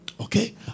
Okay